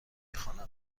خوانم